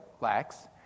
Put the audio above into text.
Lacks